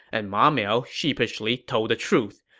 and ma miao sheepishly told the truth.